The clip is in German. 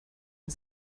mit